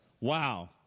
Wow